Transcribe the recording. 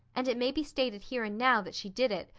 and it may be stated here and now that she did it,